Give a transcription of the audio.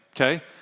okay